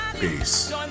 Peace